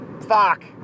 Fuck